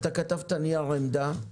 אתה כתבת נייר עמדה,